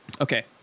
okay